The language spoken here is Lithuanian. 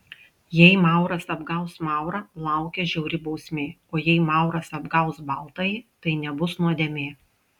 jei mauras apgaus maurą laukia žiauri bausmė o jei mauras apgaus baltąjį tai nebus nuodėmė